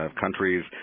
countries